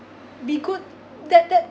be good that that